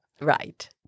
Right